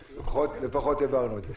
לפחות הבנו את זה.